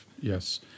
Yes